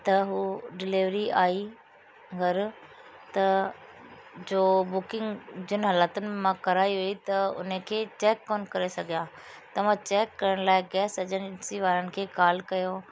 त हू डिलेवरी आई घर त जो बुकिंग जिनि हालातुनि में मां कराई हुई त हुनखे चैक कोन करे सघिया त मां चैक करण लाइ गैस एजेंसी वारनि खे कॉल कयो